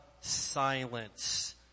silence